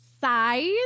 size